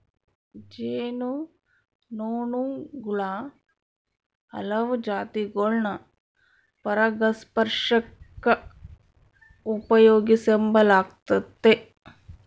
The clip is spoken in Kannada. ಜೇನು ನೊಣುಗುಳ ಹಲವು ಜಾತಿಗುಳ್ನ ಪರಾಗಸ್ಪರ್ಷಕ್ಕ ಉಪಯೋಗಿಸೆಂಬಲಾಗ್ತತೆ